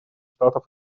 штатов